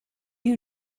you